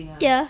ya